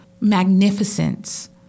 magnificence